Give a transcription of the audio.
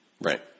Right